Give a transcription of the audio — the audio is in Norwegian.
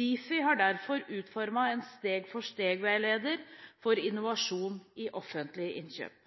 Difi har derfor utformet en steg-for-steg-veileder for innovasjon i offentlige innkjøp.